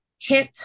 tip